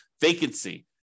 vacancy